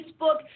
Facebook